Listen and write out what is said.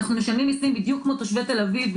אנחנו משלמים מיסים בדיוק כמו תושבי תל אביב,